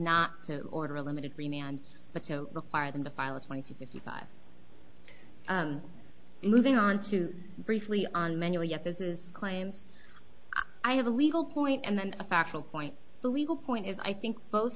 not to order a limited free man but to require them to file a pointed fifty five moving on to briefly on manual yet this is claims i have a legal point and a factual point the legal point is i think both